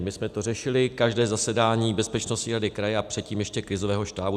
My jsme to řešili každé zasedání bezpečnostní rady kraje a předtím ještě krizového štábu.